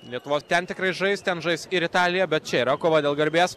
lietuvos ten tikrai žais ten žais ir italija bet čia yra kova dėl garbės